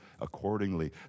accordingly